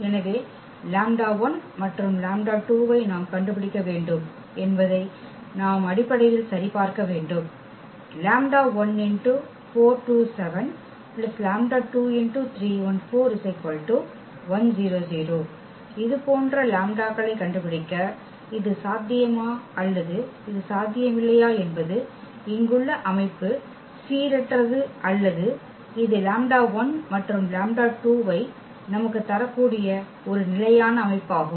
எனவே மற்றும் ஐ நாம் கண்டுபிடிக்க வேண்டும் என்பதை நாம் அடிப்படையில் சரிபார்க்க வேண்டும் இதுபோன்ற லாம்ப்டாக்களைக் கண்டுபிடிக்க இது சாத்தியமா அல்லது இது சாத்தியமில்லையா என்பது இங்குள்ள அமைப்பு சீரற்றது அல்லது இது மற்றும் ஐ நமக்குத் தரக்கூடிய ஒரு நிலையான அமைப்பாகும்